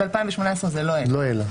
ב-2018 זה לא העלה.